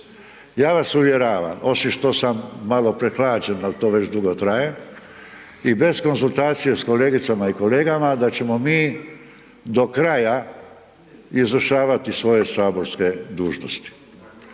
Ja vas uvjeravam osim što sam malo prehlađen, al to već dugo traje i bez konzultacije s kolegicama i kolegama da ćemo mi do kraja izvršavati svoje saborske dužnosti,